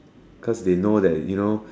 cause they know that you know